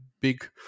big